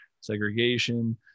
segregation